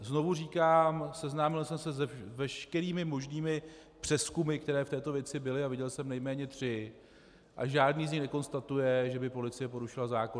Znovu říkám, seznámil jsem se s veškerými možnými přezkumy, které v této věci byly, viděl jsem nejméně tři a žádný z nich nekonstatuje, že by policie porušila zákon.